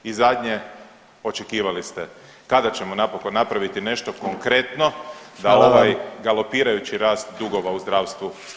I zadnje, očekivali ste kada ćemo napokon napraviti nešto konkretno da ovaj [[Upadica predsjednik: Hvala vam.]] galopirajući rast dugova u zdravstvu stane.